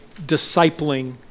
discipling